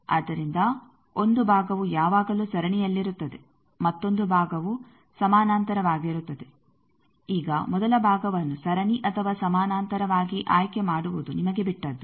ಆದ್ದರಿಂದ 1 ಭಾಗವು ಯಾವಾಗಲೂ ಸರಣಿಯಲ್ಲಿರುತ್ತದೆ ಮತ್ತೊಂದು ಭಾಗವು ಸಮಾನಾಂತರವಾಗಿರುತ್ತದೆ ಈಗ ಮೊದಲ ಭಾಗವನ್ನು ಸರಣಿ ಅಥವಾ ಸಮಾನಾಂತರವಾಗಿ ಆಯ್ಕೆ ಮಾಡುವುದು ನಿಮಗೆ ಬಿಟ್ಟದ್ದು